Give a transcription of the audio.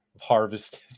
harvested